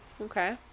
Okay